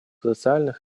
социальных